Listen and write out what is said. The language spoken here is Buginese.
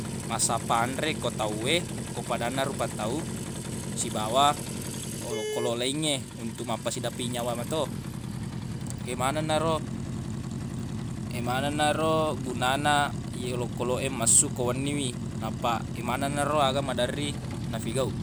Massappa anre ko tau we ko padanna rupa tau sibawa olokoloq laingnge untuq mappasidapi nyawa mato ye maneng naro emaneng naro gunana ye olokoloq e massu ko wenni wi nappa emaneng naro aga maderri nafigau